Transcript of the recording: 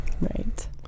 right